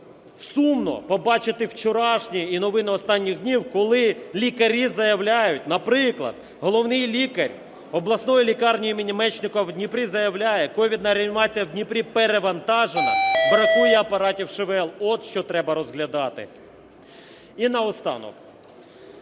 сумно побачити вчорашні і новини останніх днів, коли лікарі заявляють… Наприклад, головний лікар Обласної лікарні імені Мечникова в Дніпрі заявляє: ковідна реанімація в Дніпрі перевантажена, бракує апаратів ШВЛ. От що треба розглядати. І наостанок.